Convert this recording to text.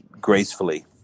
gracefully